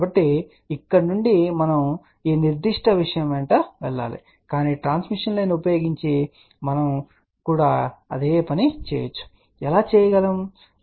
కాబట్టి ఇక్కడ నుండి మనం ఈ నిర్దిష్ట విషయం వెంట వెళ్ళాలి కాని ట్రాన్స్మిషన్ లైన్ ఉపయోగించి మనం కూడా అదే పని చేయగలము ఎలా చేయగలమో చూద్దాం